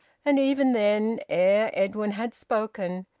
and even then, ere edwin had spoken,